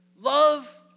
Love